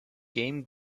game